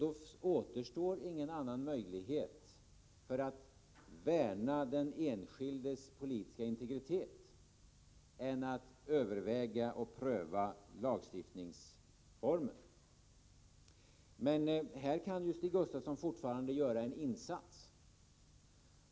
Då återstår ingen annan möjlighet för att värna den enskildes politiska integritet än att överväga en lagstiftning. Här kan Stig Gustafsson fortfarande göra en insats.